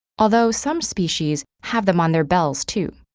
although some species have them on their bells, too.